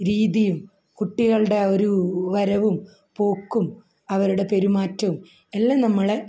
രീതിയും കുട്ടികളുടെ ആ ഒരു വരവും പോക്കും അവരുടെ പെരുമാറ്റവും എല്ലാം നമ്മളെ